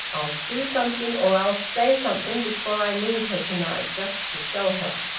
i'll do something or i'll say something, before i leave her to-night, just to show her!